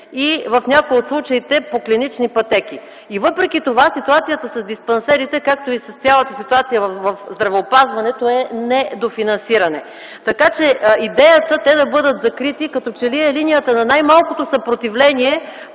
и в някои от случаите – по клинични пътеки. И въпреки това ситуацията с диспансерите, както и цялата ситуация в здравеопазването, е недофинансиране. Идеята те да бъдат закрити като че ли е линията на най-малкото съпротивление,